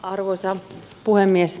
arvoisa puhemies